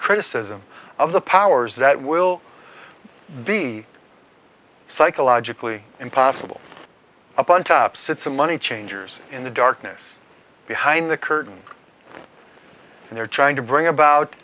criticism of the powers that will be psychologically impossible up on top since the money changers in the darkness behind the curtain and they're trying to bring about